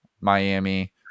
Miami